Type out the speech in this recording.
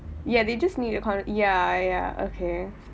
ya they just need a kind of ya ya okay